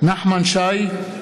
נחמן שי,